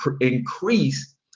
increase